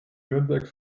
nürnberg